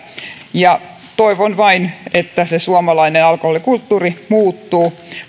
toivon vain että se suomalainen alkoholikulttuuri muuttuu